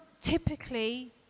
typically